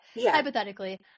hypothetically